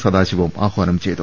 സദാശിവം ആഹ്വാനം ചെയ്തു